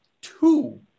two